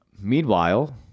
Meanwhile